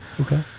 Okay